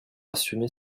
assumer